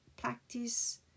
practice